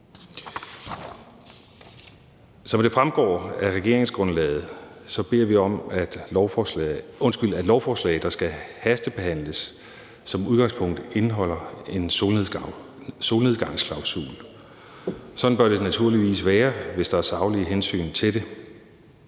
Som det fremgår af regeringsgrundlaget, beder vi om, at lovforslag, der skal hastebehandles, som udgangspunkt indeholder en solnedgangsklausul. Sådan bør det naturligvis være, hvis der er saglige hensyn til det.